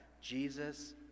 Jesus